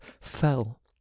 fell